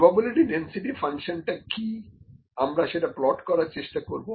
probability density ফাংশনটা কি আমরা সেটা প্লট করার চেষ্টা করবো